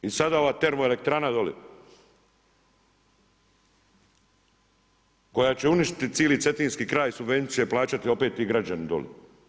I sada ova termoelektrana dolje koja će uništiti cijeli cetinski kraj, subvencije će plaćati opet ti građani dolje.